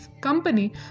company